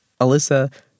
Alyssa